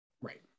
Right